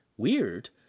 Weird